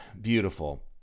beautiful